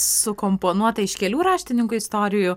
sukomponuota iš kelių raštininkų istorijų